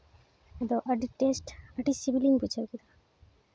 ᱟᱫᱚ ᱟᱹᱰᱤ ᱴᱮᱥᱴ ᱟᱹᱰᱤ ᱥᱤᱵᱤᱞᱤᱧ ᱵᱩᱡᱷᱟᱹᱣ ᱠᱮᱫᱟ